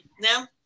now